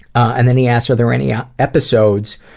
and then he asks are there any yeah episodes